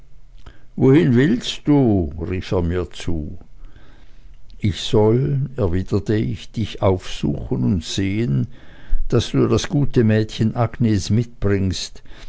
wohin willst du rief er mir zu ich soll erwiderte ich dich aufsuchen und sehen daß du das gute mädchen agnes mitbringst